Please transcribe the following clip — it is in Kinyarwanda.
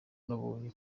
nabonye